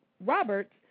Roberts